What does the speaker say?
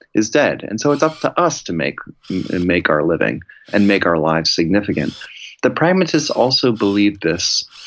is dead, and so it's up to us to make and make our living and make our lives significant the pragmatists also believed this.